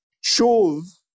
shows